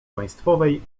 państwowej